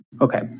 okay